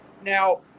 Now